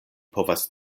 povas